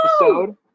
episode